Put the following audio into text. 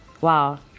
wow